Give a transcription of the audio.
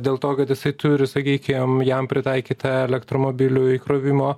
dėl to kad jisai turi sakykim jam pritaikytą elektromobilių įkrovimo